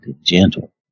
gentle